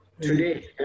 today